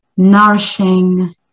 nourishing